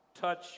touch